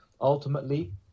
ultimately